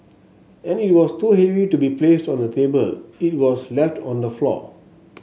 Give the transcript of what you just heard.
as it was too heavy to be placed on the table it was left on the floor